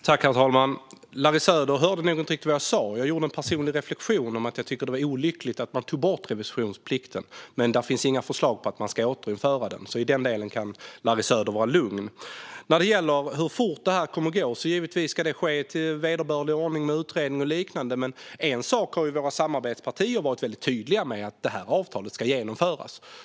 Herr talman! Larry Söder hörde nog inte riktigt vad jag sa. Jag gjorde en personlig reflektion om att jag tycker att det var olyckligt att man tog bort revisionsplikten, men det finns inga förslag om att återinföra den. Så på den punkten kan Larry Söder vara lugn. När det gäller hur fort detta kommer att gå ska det givetvis ske i vederbörlig ordning med utredning och liknande. Men våra samarbetspartier har varit väldigt tydliga med att detta avtal ska genomföras.